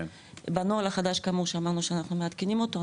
בנוהל החדש כאמור שאמרנו שאנחנו מעדכנים אותו,